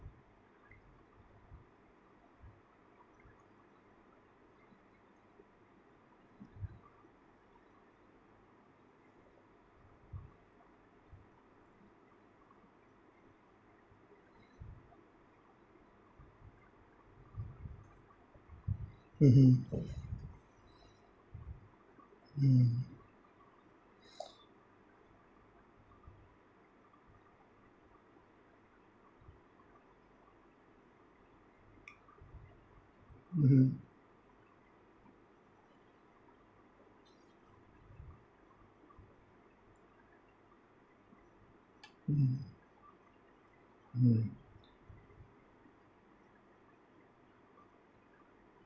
mmhmm mm mmhmm mm mm